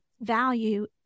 value